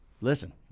Listen